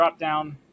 dropdown